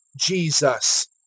jesus